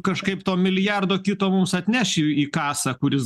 kažkaip to milijardo kito mums atneš į kasą kuris